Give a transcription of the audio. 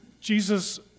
Jesus